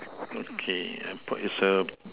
okay uh it's a